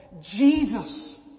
Jesus